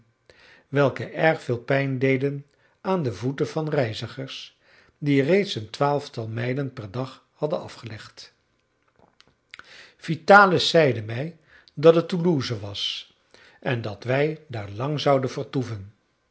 welke erg veel pijn deden aan de voeten van reizigers die reeds een twaalftal mijlen per dag hadden afgelegd vitalis zeide mij dat het toulouse was en dat wij daar lang zouden vertoeven